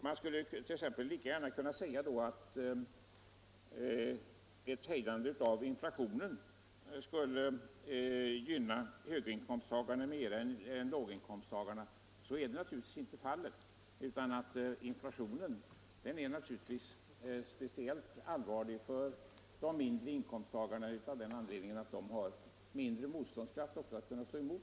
Man skulle annars lika gärna kunna säga att ett hejdande av inflationen skulle gynna höginkomsttagarna mer än låginkomsttagarna. Så är naturligtvis inte fallet. Inflationen är speciellt allvarlig för de mindre inkomsttagarna av den anledningen att de har mindre motståndskraft.